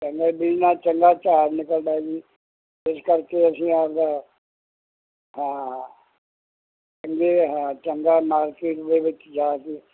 ਚੰਗੇ ਬੀਜ ਨਾਲ ਚੰਗਾ ਝਾੜ ਨਿਕਲਦਾ ਜੀ ਇਸ ਕਰਕੇ ਅਸੀਂ ਆਪਦਾ ਹਾਂ ਚੰਗੇ ਹਾਂ ਚੰਗਾ ਮਾਰਕੀਟ ਦੇ ਵਿੱਚ ਜਾ ਕੇ